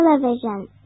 Television